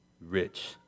rich